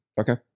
Okay